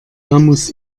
muss